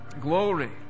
Glory